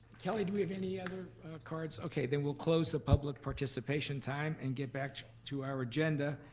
kelly, do we have any other cards? okay, then we'll close the public participation time and get back to our agenda.